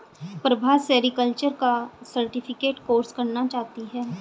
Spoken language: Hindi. प्रभा सेरीकल्चर का सर्टिफिकेट कोर्स करना चाहती है